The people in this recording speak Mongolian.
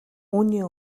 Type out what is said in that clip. үүний